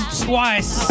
twice